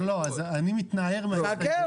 אני מתנער מזה.